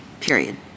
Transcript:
period